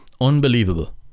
Unbelievable